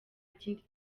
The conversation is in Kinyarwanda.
kindi